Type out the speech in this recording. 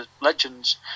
legends